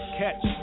catch